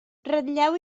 ratlleu